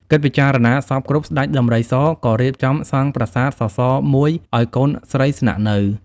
គិតពិចារណាសព្វគ្រប់ ស្តេចដំរីសក៏រៀបចំ សង់ប្រាសាទសសរមួយឱ្យកូនស្រីស្នាក់នៅ ។